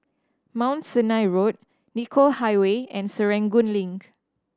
Mount Sinai Road Nicoll Highway and Serangoon Link